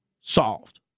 solved